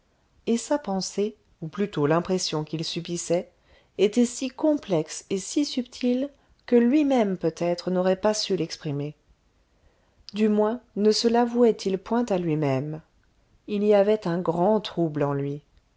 et sa pensée ou plutôt l'impression qu'il subissait était si complexe et si subtile que lui-même peut-être n'aurait pas su l'exprimer du moins ne se lavouait il point à lui-même il y avait un grand trouble en lui